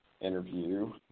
interview